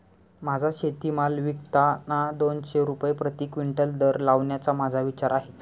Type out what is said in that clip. माझा शेतीमाल विकताना दोनशे रुपये प्रति क्विंटल दर लावण्याचा माझा विचार आहे